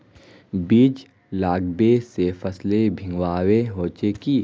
बीज लागबे से पहले भींगावे होचे की?